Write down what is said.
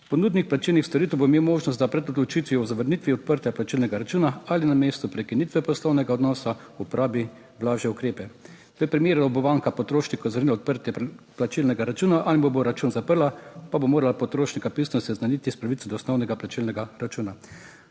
Ponudnik plačilnih storitev bo imel možnost, da pred odločitvijo o zavrnitvi odprtja plačilnega računa ali na mesto prekinitve poslovnega odnosa uporabi blažje ukrepe. V primeru, da bo banka potrošniku zavrnila odprtje plačilnega računa ali mu bo račun zaprla, pa bo morala potrošnika pisno seznaniti s pravico do osnovnega plačilnega računa.